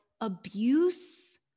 abuse